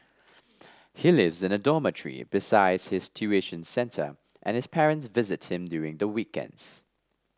he lives in a dormitory besides his tuition centre and his parents visit him during the weekends